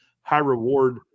high-reward